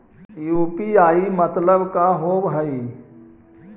UPI मतलब का होब हइ?